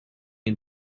and